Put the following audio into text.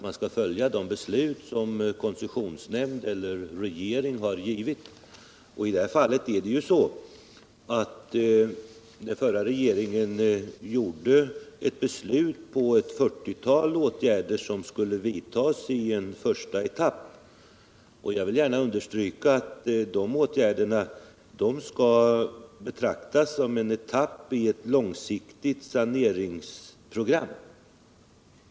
Man skall följa de beslut som koncessionsnämnd eller regering har fattat. I detta fall fattade den förra regeringen beslut om ett 40-tal åtgärder som i en första etapp skulle vidtas. Jag vill gärna understryka att dessa åtgärder skall betraktas som en etapp i ett långsiktigt saneringsprogram.